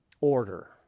order